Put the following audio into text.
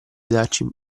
darci